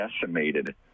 decimated